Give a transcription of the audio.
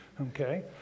Okay